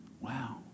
Wow